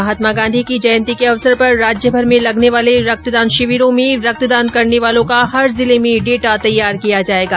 महात्मा गांधी की जयंती के अवसर पर राज्य भर में लगने वाले रक्तदान शिविरों में रक्तदान करने वालों का हर जिले मे डेटा तैयार किया जाएगा